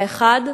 האחד,